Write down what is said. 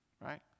right